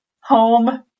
home